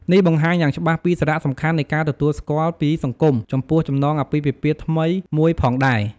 នេះបង្ហាញយ៉ាងច្បាស់ពីសារៈសំខាន់នៃការទទួលស្គាល់ពីសង្គមចំពោះចំណងអាពាហ៍ពិពាហ៍ថ្មីមួយផងដែរ។